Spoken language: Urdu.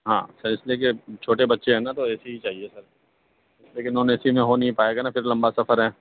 ہاں سر اس لیے کہ چھوٹے بچے ہیں نا تو اے سی ہی چاہیے سر اس لیے کہ نان اے سی میں ہو نہیں پائے گا نا پھر لمبا سفر ہے